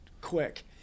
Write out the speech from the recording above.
quick